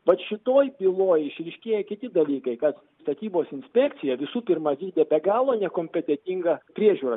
vat šitoj byloj išryškėja kiti dalykai kad statybos inspekcija visų pirma vykdė be galo nekompetentingą priežiūrą